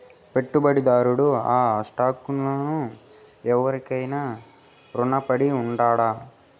పెట్టుబడిదారుడు ఆ స్టాక్ లను ఎవురికైనా రునపడి ఉండాడు